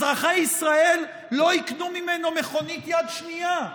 אזרחי ישראל לא יקנו ממנו מכונית יד שנייה.